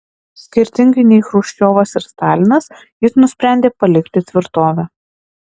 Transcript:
skirtingai nei chruščiovas ir stalinas jis nusprendė palikti tvirtovę